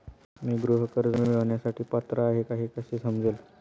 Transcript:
मी गृह कर्ज मिळवण्यासाठी पात्र आहे का हे कसे समजेल?